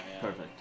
Perfect